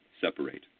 separate